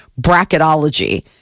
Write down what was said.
bracketology